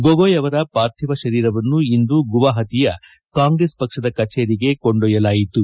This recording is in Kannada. ಗೊಗೊಯ್ ಅವರ ಪಾರ್ಥಿವ ಶರೀರವನ್ನು ಇಂದು ಗುವಾಹಟಿಯ ಕಾಂಗ್ರೆಸ್ ಪಕ್ಷದ ಕಚೇರಿಗೆ ಕೊಂಡೊಯ್ತಲಾಯಿತು